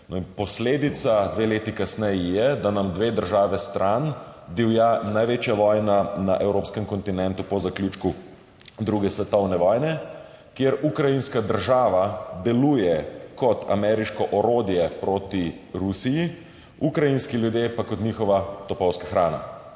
Posledica dve leti kasneje je, da nam dve državi stran divja največja vojna na evropskem kontinentu po zaključku druge svetovne vojne, kjer ukrajinska država deluje kot ameriško orodje proti Rusiji, ukrajinski ljudje pa kot njihova topovska hrana.